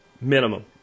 minimum